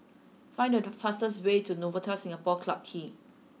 find the fastest way to Novotel Singapore Clarke Quay